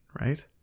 Right